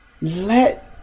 let